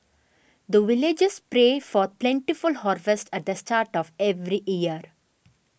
the villagers pray for plentiful harvest at the start of every year